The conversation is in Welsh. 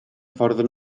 ffordd